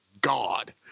God